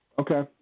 Okay